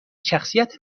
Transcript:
شخصیت